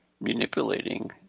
manipulating